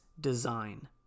design